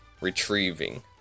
retrieving